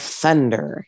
thunder